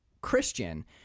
Christian